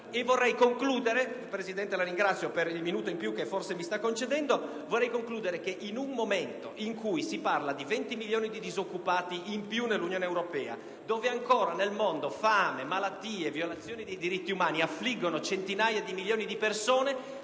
affermando che in un momento in cui si parla di 20 milioni di disoccupati in più nell'Unione europea, dove ancora nel mondo fame, malattie, violazione dei diritti umani affliggono centinaia di milioni di persone,